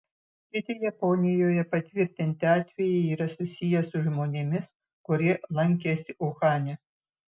kiti japonijoje patvirtinti atvejai yra susiję su žmonėmis kurie lankėsi uhane